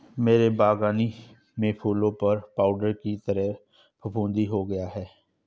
मेरे बगानी में फूलों पर पाउडर की तरह फुफुदी हो गया हैं